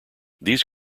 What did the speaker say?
these